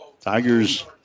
Tigers